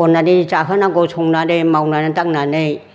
अननानै जाहोनांगौ संनानै मावनानै दांनानै